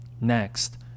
Next